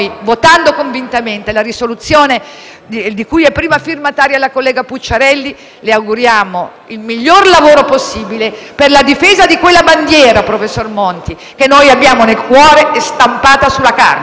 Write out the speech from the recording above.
il miglior lavoro possibile per la difesa di quella bandiera - professor Monti - che noi abbiamo nel cuore e stampata sulla carne.